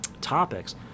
topics